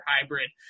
hybrid